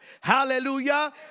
Hallelujah